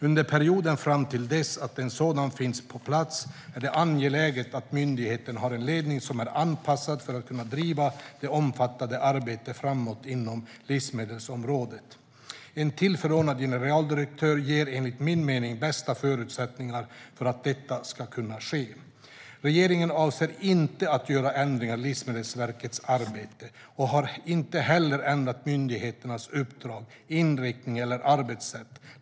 Under perioden fram till dess att en sådan finns på plats är det angeläget att myndigheten har en ledning som är anpassad för att kunna driva det omfattande arbetet framåt inom livsmedelsområdet. En tillförordnad generaldirektör ger enligt min mening bäst förutsättningar för att detta ska kunna ske. Regeringen avser inte att göra ändringar i Livsmedelsverkets arbete och har inte heller ändrat myndighetens uppdrag, inriktning eller arbetssätt.